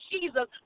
Jesus